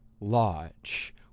Lodge